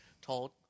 told